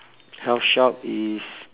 health shop is